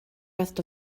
rest